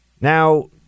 Now